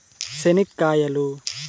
చెనిక్కాయలు